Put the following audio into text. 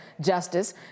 justice